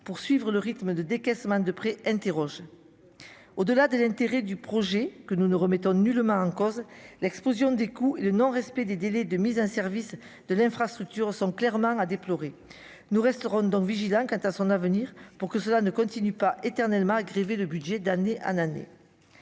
pour suivre le rythme de décaissement de près interroges au-delà de l'intérêt du projet que nous ne remettons nullement en cause l'explosion des coûts et le non-respect des délais de mise en service de l'infrastructure sont clairement à déplorer, nous resterons donc vigilants quant à son avenir, pour que cela ne continue pas éternellement grever le budget d'année en année